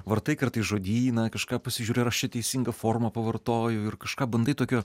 vartai kartais žodyną kažką pasižiūri ar aš čia teisinga forma pavartoju ir kažką bandai tokio